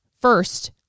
first